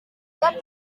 gatatu